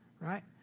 right